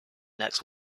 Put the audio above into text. next